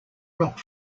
rock